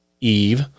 Eve